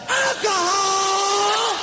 Alcohol